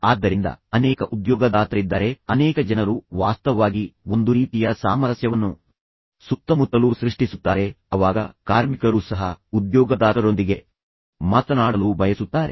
ಆದ್ದರಿಂದ ಅನೇಕ ಉದ್ಯೋಗದಾತರಿದ್ದಾರೆ ಅನೇಕ ಜನರು ವಾಸ್ತವವಾಗಿ ಒಂದು ರೀತಿಯ ಸಾಮರಸ್ಯವನ್ನು ಸುತ್ತಮುತ್ತಲು ಸೃಷ್ಟಿಸುತ್ತಾರೆ ಅವಾಗ ಕಾರ್ಮಿಕರು ಸಹ ಉದ್ಯೋಗದಾತರೊಂದಿಗೆ ಮಾತನಾಡಲು ಬಯಸುತ್ತಾರೆ